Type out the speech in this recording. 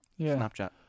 Snapchat